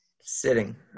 sitting